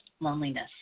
loneliness